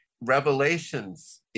Revelations